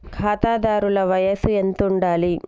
ఖాతాదారుల వయసు ఎంతుండాలి?